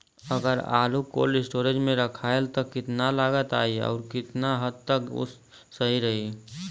अगर आलू cold storage में रखायल त कितना लागत आई अउर कितना हद तक उ सही रही?